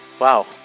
Wow